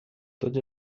tots